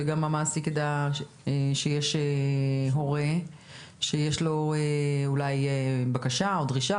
שגם המעסיק ידע שיש הורה שיש לו אולי בקשה או דרישה